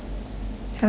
她那里要